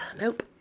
nope